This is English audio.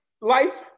life